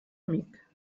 amic